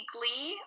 Glee